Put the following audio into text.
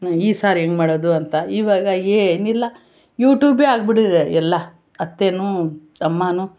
ಈ ಸಾರು ಹೆಂಗ್ ಮಾಡೋದು ಅಂತ ಇವಾಗ ಏನಿಲ್ಲ ಯೂಟ್ಯೂಬೇ ಆಗಿಬಿಟ್ಟಿದೆ ಎಲ್ಲ ಅತ್ತೆನೂ ಅಮ್ಮನೂ